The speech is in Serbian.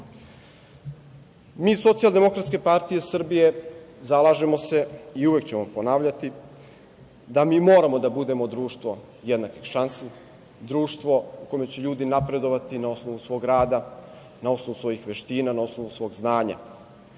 iz Socijaldemokratske partije Srbije zalažemo se, i uvek ćemo ponavljati, da mi moramo da budemo društvo jednakih šansi, društvo u kome će ljudi napredovati na osnovu svog rada, na osnovu svojih veština, na osnovu svog znanja.